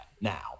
now